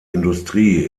industrie